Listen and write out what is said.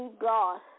God